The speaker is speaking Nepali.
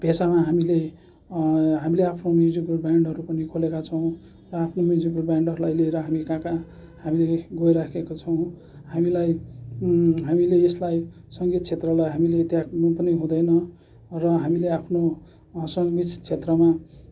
पेसामा हामीले हामीले आफ्नो म्युजिकल ब्यान्डहरू पनि खोलेका छौँ र आफ्नो म्युजिकल ब्यान्डहरूलाई लिएर हामी कहाँ कहाँ हामीले गइराखेका छौँ हामीलाई हामीले यसलाई सङ्गीत क्षेत्रलाई हामीले त्याग्नु पनि हुँदैन र हामीले आफ्नो सङ्गीत क्षेत्रमा